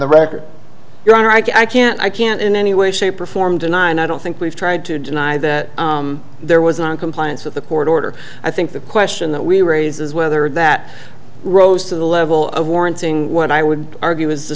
the record your honor i can't i can't in any way shape or form deny and i don't think we've tried to deny that there was noncompliance with the court order i think the question that we raise is whether that rose to the level of warranting what i would argue is the